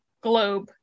globe